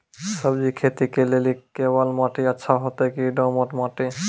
सब्जी खेती के लेली केवाल माटी अच्छा होते की दोमट माटी?